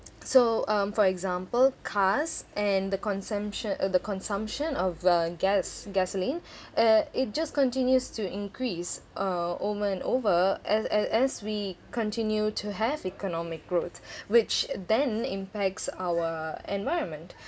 so um for example cars and the consumption uh the consumption of uh gas gasoline uh it just continues to increase uh over and over as as as we continue to have economic growth which then impacts our environment